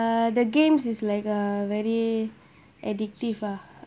uh the games is like uh very addictive ah